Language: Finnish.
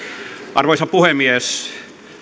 arvoisa puhemies